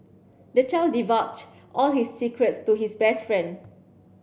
the child divulged all his secrets to his best friend